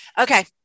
Okay